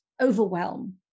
overwhelm